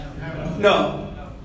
No